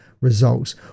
results